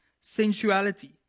sensuality